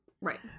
Right